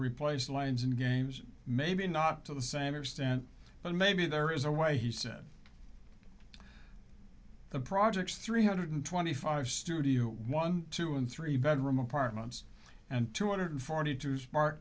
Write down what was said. replace lines in games maybe not to the same extent but maybe there is a way he said the projects three hundred twenty five studio one two and three bedroom apartments and two hundred forty two smart